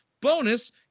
Bonus